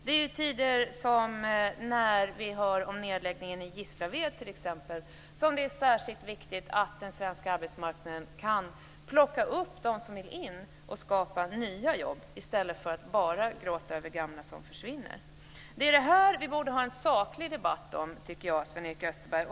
Det är i tider när vi t.ex. hör om nedläggningen i Gislaved som det är särskilt viktigt att den svenska arbetsmarknaden kan plocka upp dem som vill in och skapa nya jobb i stället för att bara gråta över gamla som försvinner. Det är detta som vi borde föra en saklig debatt om tycker jag, Sven-Erik Österberg.